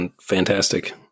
fantastic